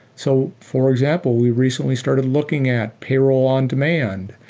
so for example, we recently started looking at payroll on demand.